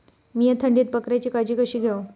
मीया थंडीत बकऱ्यांची काळजी कशी घेव?